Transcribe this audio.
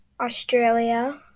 Australia